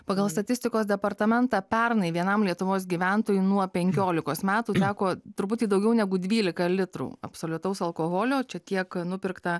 pagal statistikos departamentą pernai vienam lietuvos gyventojų nuo penkiolikos metų teko truputį daugiau negu dvylika litrų absoliutaus alkoholio čia tiek nupirkta